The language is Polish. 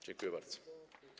Dziękuję bardzo.